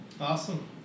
awesome